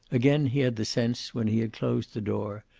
again he had the sense, when he had closed the door,